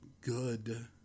good